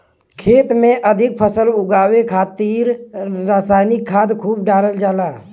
खेती में अधिक फसल उगावे खातिर रसायनिक खाद खूब डालल जाला